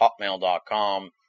hotmail.com